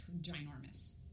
ginormous